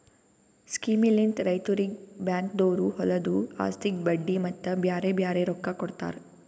ಸ್ಕೀಮ್ಲಿಂತ್ ರೈತುರಿಗ್ ಬ್ಯಾಂಕ್ದೊರು ಹೊಲದು ಆಸ್ತಿಗ್ ಬಡ್ಡಿ ಮತ್ತ ಬ್ಯಾರೆ ಬ್ಯಾರೆ ರೊಕ್ಕಾ ಕೊಡ್ತಾರ್